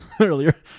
earlier